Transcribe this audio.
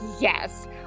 Yes